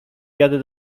jadę